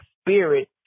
spirit